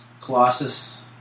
Colossus